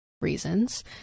reasons